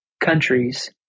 countries